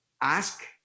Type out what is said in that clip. ask